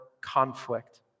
conflict